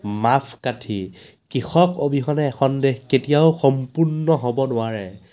মাপকাঠি কৃষক অবিহনে এখন দেশ কেতিয়াও সম্পূৰ্ণ হ'ব নোৱাৰে